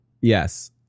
Yes